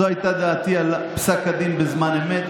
זו הייתה דעתי על פסק הדין בזמן אמת,